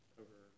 over